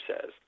says